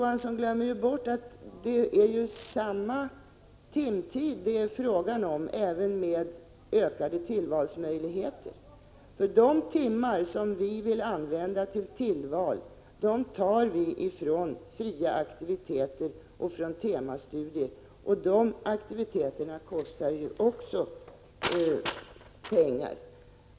Han glömmer bort att det ju är fråga om samma timtid även med ökade tillvalsmöjligheter. De timmar som vi vill använda för tillvalsämnen tar vi från fria aktiviteter och från temastudier, och dessa aktiviteter kostar ju också pengar.